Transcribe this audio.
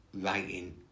Writing